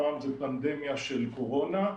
הפעם זו פנדמיה של קורונה.